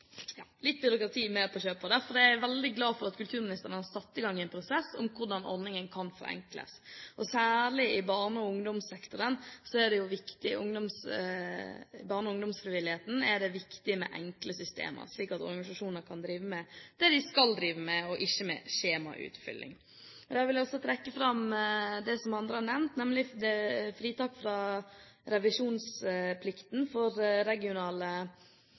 litt byråkrati med på kjøpet. Derfor er jeg veldig glad for at kulturministeren har satt i gang en prosess med tanke på hvordan ordningen kan forenkles. Særlig i barne- og ungdomsfrivilligheten er det viktig med enkle systemer, slik at organisasjonene kan drive med det de skal drive med – ikke med skjemautfylling. Jeg vil også trekke fram det som andre har nevnt, nemlig fritak fra revisjonsplikten for regionale